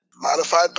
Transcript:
Modified